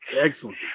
Excellent